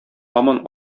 һаман